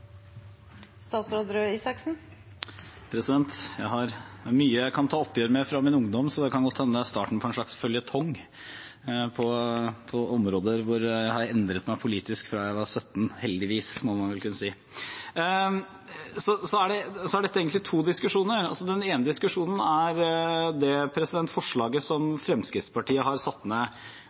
Jeg har mye jeg kan ta oppgjør med fra min ungdom, så det kan godt hende det er starten på en slags føljetong på områder hvor jeg har endret meg politisk fra jeg var 17 – heldigvis, må man vel kunne si. Dette er egentlig to diskusjoner. Den ene diskusjonen er det forslaget som Fremskrittspartiet har satt